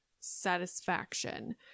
satisfaction